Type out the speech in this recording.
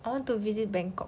I want to visit bangkok